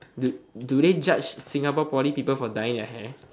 do do they judge Singapore poly people for dyeing their hair